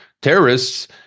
terrorists